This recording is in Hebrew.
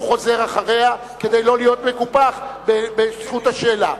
הוא חוזר אחריה כדי לא להיות מקופח בזכות השאלה.